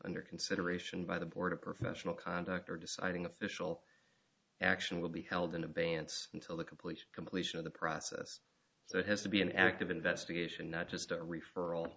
under consideration by the board of professional conduct or deciding official action will be held in abeyance until the complete completion of the process so it has to be an active investigation not just a referral